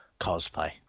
cosplay